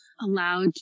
allowed